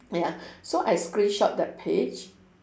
ya so I screenshot that page